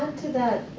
to that,